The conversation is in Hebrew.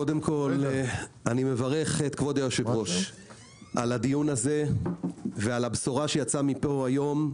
אני מברך את כבוד היושב-ראש על הדיון הזה ועל הבשורה שיצאה מפה היום.